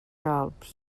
calbs